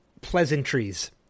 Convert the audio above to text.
pleasantries